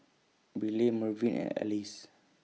Briley Mervin and Alyce